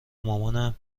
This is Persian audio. مامان